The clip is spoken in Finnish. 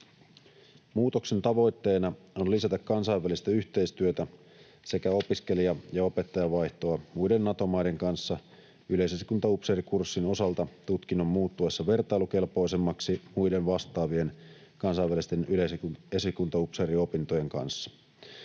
Muutoksen tavoitteena on lisätä kansainvälistä yhteistyötä sekä opiskelija- ja opettajavaihtoa muiden Nato-maiden kanssa yleisesikuntaupseerikurssin osalta tutkinnon muuttuessa vertailukelpoisemmaksi muiden vastaavien kansainvälisten yleisesikuntaupseeriopintojen